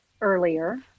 earlier